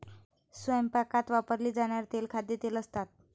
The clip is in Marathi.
स्वयंपाकात वापरली जाणारी तेले खाद्यतेल असतात